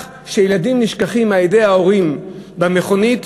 שילדים נשכחים על-ידי ההורים במכונית